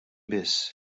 biss